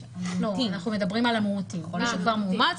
אנחנו מדברים על המאומתים, על מי שכבר מאומת.